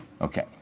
Okay